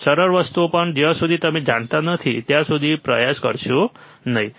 સરળ વસ્તુઓ પણ જ્યાં સુધી તમે જાણતા નથી ત્યાં સુધી પ્રયાસ કરશો નહીં